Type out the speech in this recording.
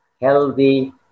healthy